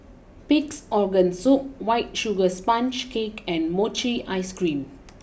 Pig's Organ Soup White Sugar Sponge Cake and Mochi Ice cream